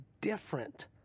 different